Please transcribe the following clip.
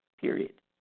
period